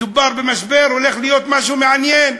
מדובר במשבר, הולך להיות משהו מעניין.